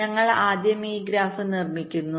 ഞങ്ങൾ ആദ്യം ഈ ഗ്രാഫ് നിർമ്മിക്കുന്നു